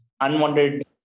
unwanted